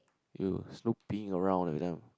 you snooping around with them